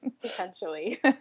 Potentially